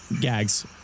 gags